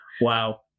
Wow